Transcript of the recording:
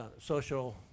social